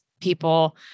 people